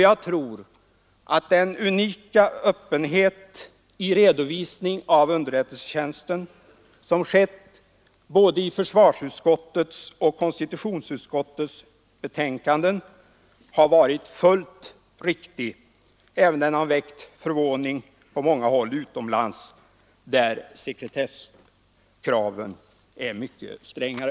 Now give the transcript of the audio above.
Jag tror att den unika öppenhet i redovisningen av underrättelsetjänsten som visas i försvarsutskottets och konstitutionsutskottets betänkanden har varit fullt riktig, även om den väckt förvåning på många håll utomlands, där sekretesskraven är mycket strängare.